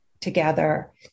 together